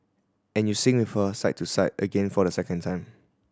and you sing with her side to side again for the second time